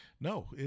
No